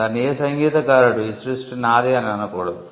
దాన్ని ఏ సంగీత కారుడు ఈ సృష్టి నాదే అని అనకూడదు